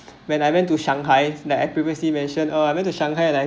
when I went to shanghai the I've previously mentioned uh I went to shanghai and then